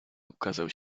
ukazał